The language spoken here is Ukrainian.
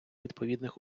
відповідних